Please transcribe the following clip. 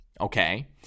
okay